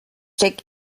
check